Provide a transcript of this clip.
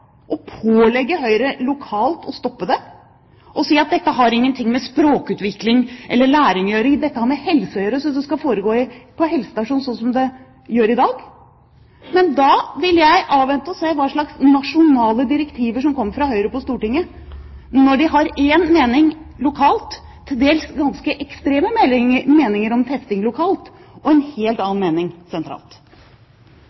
Å pålegge Høyre lokalt å stoppe det? Å si at dette har ingen ting med språkutvikling eller læring å gjøre; dette har med helse å gjøre, så det skal foregå på helsestasjonen slik som det gjøres i dag? Men da vil jeg avvente og se hva slags nasjonale direktiver som kommer fra Høyre på Stortinget, når de har én mening lokalt – til dels ganske ekstreme meninger om testing lokalt – og en helt